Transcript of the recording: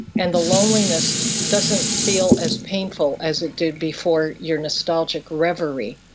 and the loneliness doesn't feel as painful as it did before your nostalgic reverie.